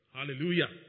Hallelujah